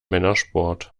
männersport